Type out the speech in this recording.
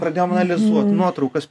pradėjom analizuot nuotraukas